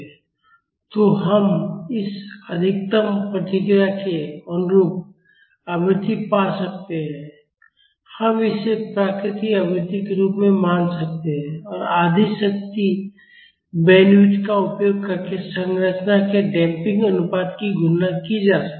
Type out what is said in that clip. तो हम इस अधिकतम प्रतिक्रिया के अनुरूप आवृत्ति पा सकते हैं हम इसे प्राकृतिक आवृत्ति के रूप में मान सकते हैं और आधी शक्ति बैंडविड्थ का उपयोग करके संरचना के डैम्पिंग अनुपात की गणना की जा सकती है